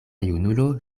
junulo